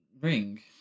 Ring